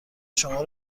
شما